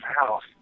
house